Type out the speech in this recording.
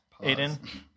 Aiden